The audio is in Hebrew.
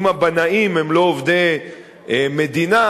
אם הבנאים הם לא עובדי המדינה,